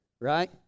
right